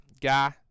guy